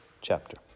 chapter